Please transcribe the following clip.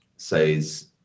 says